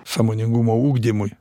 sąmoningumo ugdymui